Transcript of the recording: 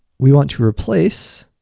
we want to replace